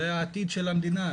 זה העתיד של המדינה,